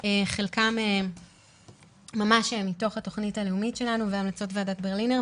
חלקם ממש מתוך התוכנית הלאומית שלנו והמלצות ועדת ברלינר,